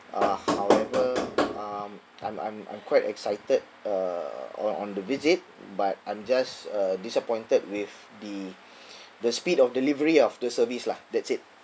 uh however um I'm I'm I'm quite excited uh on on the visit but I'm just uh disappointed with the the speed of delivery of the service lah that's it